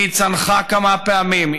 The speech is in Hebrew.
היא צנחה כמה פעמים,